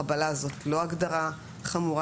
חבלה זאת לא הגדרה חמורה.